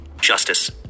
justice